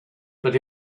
but